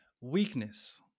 weakness